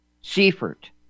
Seifert